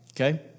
Okay